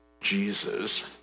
Jesus